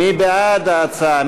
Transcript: מי בעד ההצעה?